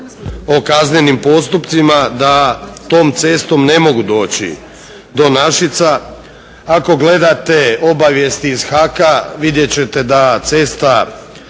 o kaznenim postupcima da tom cestom ne mogu doći do Našica. Ako gledate obavijesti iz HAK-a vidjet ćete da cesta